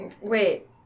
Wait